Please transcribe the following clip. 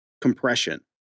compression